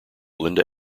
linda